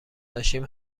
داشتیم